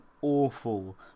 awful